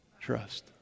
Trust